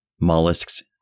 Mollusks